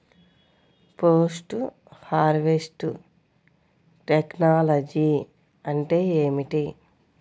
Post harvest technology అంటే ఏమిటి?